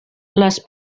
les